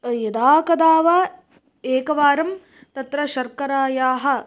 यदा कदा वा एकवारं तत्र शर्करायाः